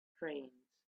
trains